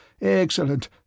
Excellent